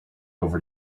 over